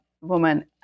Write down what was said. woman